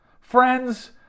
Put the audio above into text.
Friends